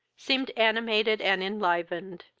seemed animated and enlivened.